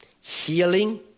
healing